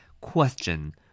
Question